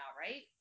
right